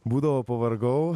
būdavo pavargau